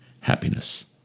happiness